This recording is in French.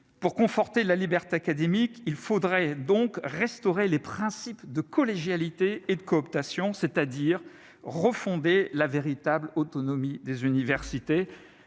Pour conforter la liberté académique, il faudrait donc restaurer les principe de collégialité et de cooptation c'est-à-dire refonder la véritable autonomie des universités,